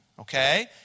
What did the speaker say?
Okay